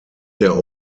der